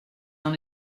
dans